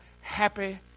happy